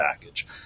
package